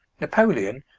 napoleon,